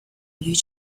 you